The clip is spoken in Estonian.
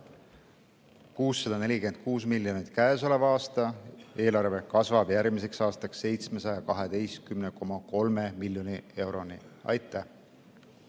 646 miljoni suurune käesoleva aasta eelarve kasvab järgmiseks aastaks 712,3 miljoni euroni. Hea